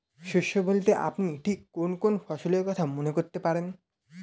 শস্য বলতে আপনি ঠিক কোন কোন ফসলের কথা মনে করতে পারেন?